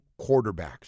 quarterbacks